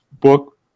book